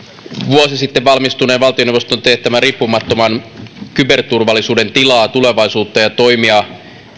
vuosi sitten valmistuneen valtioneuvoston teettämän riippumattoman kyberturvallisuuden tilaa tulevaisuutta ja toimia